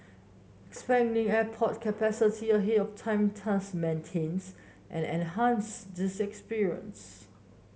expanding airport capacity ahead of time thus maintains and enhance this experience